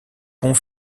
pont